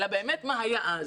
אלא באמת מה היה אז.